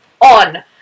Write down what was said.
on